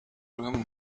room